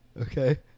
okay